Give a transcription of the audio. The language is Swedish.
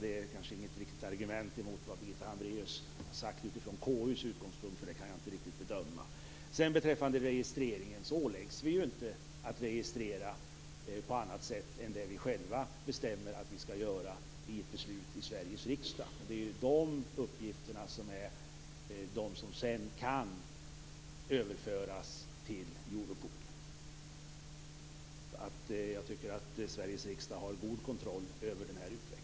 Det är kanske inget riktigt argument mot det som Birgitta Hambraeus har sagt utifrån konstitutionsutskottets utgångspunkt, eftersom jag inte riktigt kan bedöma det. Beträffande registreringen vill jag framhålla att vi inte åläggs att registrera på annat sätt än vi själva bestämmer genom ett beslut i Sveriges riksdag. De uppgifterna kan sedan överföras till Europol. Jag anser att Sveriges riksdag har god kontroll över utvecklingen.